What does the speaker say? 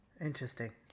Interesting